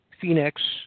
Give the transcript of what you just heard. Phoenix